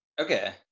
Okay